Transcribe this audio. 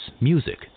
music